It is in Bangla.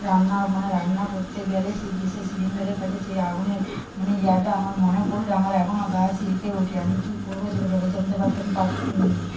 রান্না মানে রান্না করতে গেলে সেই গ্যাসের সিলিন্ডারের কাছে যে আগুনের মানে ইয়াটা আমার মনে পড়লে আমার এখনও গা শিরকে ওঠে আমি কি করবো সেটা ভেবে চিন্তে পারতাম পারতুম নি